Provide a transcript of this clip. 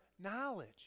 knowledge